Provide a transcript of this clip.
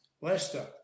Leicester